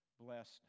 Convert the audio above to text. blessed